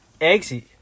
exit